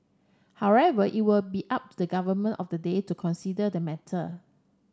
however it will be up to the government of the day to consider the matter